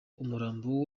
umurambo